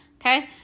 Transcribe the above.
okay